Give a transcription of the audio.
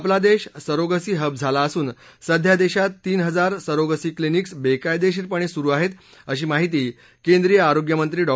आपला देश surrogacy hub झाला असून सध्या देशात तीन हजार सरोगसी क्लीनीक्स बेकायदेशीरपणे सुरू आहेत अशी माहिती केंद्रीय आरोग्यमंत्री डॉ